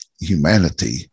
humanity